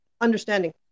understanding